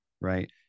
Right